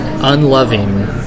unloving